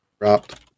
Dropped